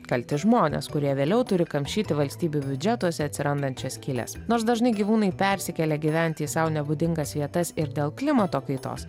kalti žmonės kurie vėliau turi kamšyti valstybių biudžetuose atsirandančias skyles nors dažnai gyvūnai persikelia gyventi į sau nebūdingas vietas ir dėl klimato kaitos